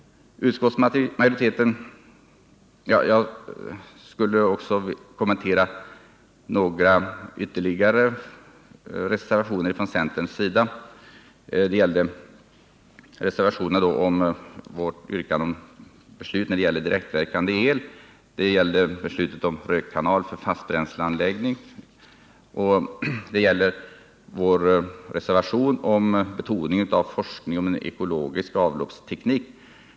Jag skulle också kommentera några ytterligare centerreservationer, nämligen de som gäller direktverkande elvärme, rökkanal för fastbränsleanläggning och större betoning av forskning om en ekologisk avloppsteknik.